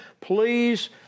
please